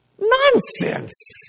Nonsense